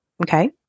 Okay